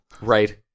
Right